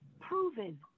proven